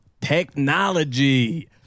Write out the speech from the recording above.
technology